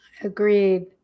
Agreed